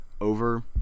over